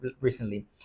recently